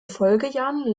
folgejahren